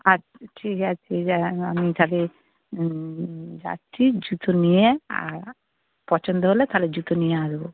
আচ্ছা ঠিক আছে যা আমি তাহলে যাচ্ছি জুতো নিয়ে আর পছন্দ হলে তাহলে জুতো নিয়ে আসব